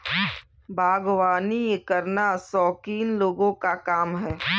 बागवानी करना शौकीन लोगों का काम है